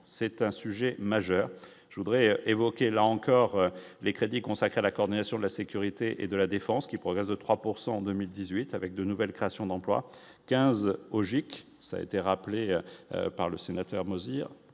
c'est un sujet majeur, je voudrais évoquer là encore les crédits consacrés à la coordination de la sécurité et de la défense qui progresse de 3 pourcent en 2018 avec de nouvelles créations d'emplois, 15 au GIC ça été rappelé par le sénateur moisir